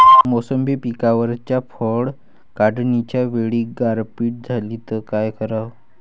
मोसंबी पिकावरच्या फळं काढनीच्या वेळी गारपीट झाली त काय कराव?